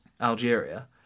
Algeria